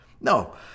No